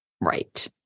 Right